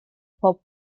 pob